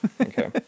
Okay